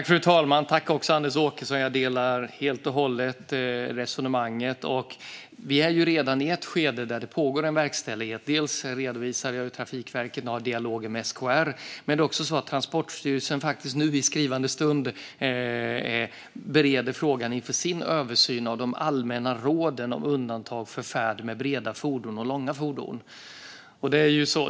Fru talman! Jag delar helt och hållet resonemanget. Vi är redan i ett skede där det pågår en verkställighet. Jag redovisade att Trafikverket har dialoger med SKR, men det är också så att Transportstyrelsen just i denna stund bereder frågan inför sin översyn av de allmänna råden om undantag för färd med breda fordon och långa fordon.